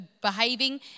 behaving